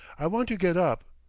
i want to get up.